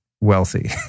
wealthy